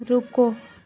रुको